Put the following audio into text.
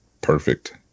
perfect